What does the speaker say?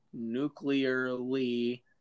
nuclearly